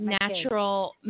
natural